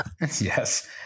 Yes